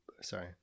Sorry